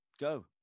go